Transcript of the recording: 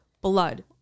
blood